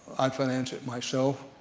i finance it myself,